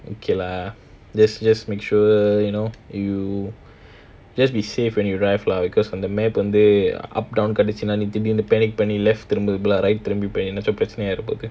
okay lah let's just make sure you know you just be safe when you drive lah because on the map வந்து:wanthu up down காட்டிச்சி ந திரும்பிப் panic பண்ணி ஏதாவது பிரச்னை ஆகிட பொஅவ்த்து:kaatichi na thirumbib panic panni eathawathu prachana aahida poawuthu